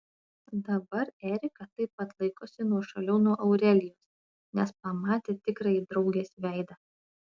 dabar erika taip pat laikosi nuošaliau nuo aurelijos nes pamatė tikrąjį draugės veidą